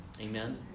Amen